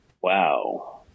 Wow